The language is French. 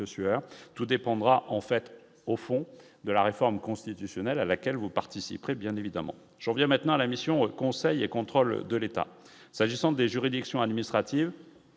tout dépendra en fait au fond de la réforme constitutionnelle à laquelle vous participerait bien évidemment j'en viens maintenant à la mission, conseil et contrôle de l'État, s'agissant des juridictions administratives